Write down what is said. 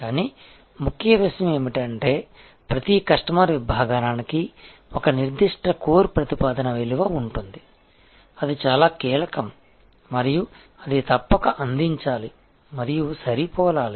కానీ ముఖ్య విషయం ఏమిటంటే ప్రతి కస్టమర్ విభాగానికి ఒక నిర్దిష్ట కోర్ ప్రతిపాదన విలువ ఉంటుంది అది చాలా కీలకం మరియు అది తప్పక అందించాలి మరియు సరిపోలాలి